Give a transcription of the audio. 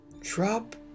drop